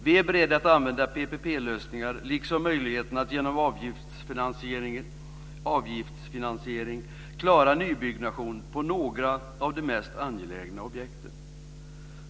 Vi är beredda att använda PPP-lösningar liksom möjligheten att genom avgiftsfinansiering klara nybyggnation av några av de mest angelägna objekten.